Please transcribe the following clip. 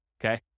okay